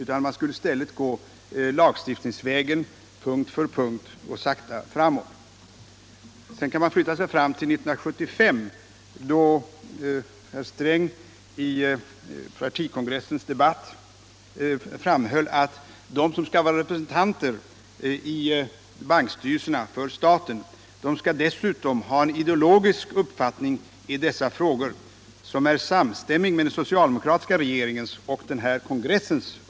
Man skulle i stället sakta gå fram lagstiftningsvägen, punkt för punkt. Sedan kan man flytta sig fram till 1975, då herr Sträng på partikongressen framhöll att de som skall vara representanter för staten i bankstyrelserna skall ha en ideologisk uppfattning i dessa frågor som är samstämmig med den socialdemokratiska regeringens och partikongressens.